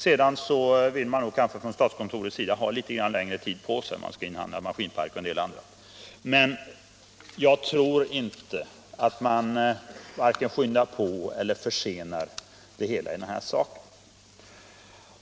Sedan vill nog statskontoret ha litet längre tid på sig för att inhandla maskinpark osv., men jag tror inte att det vare sig skyndar på eller försenar det hela i den här saken.